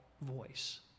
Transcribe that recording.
voice